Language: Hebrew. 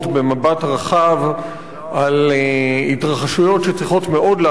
רחב על התרחשויות שצריכות מאוד להדאיג אותנו,